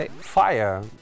fire